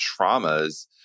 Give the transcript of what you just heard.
traumas